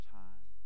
time